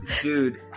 dude